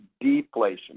deflation